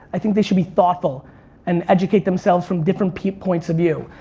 i think they should be thoughtful and educate themselves from different points of view.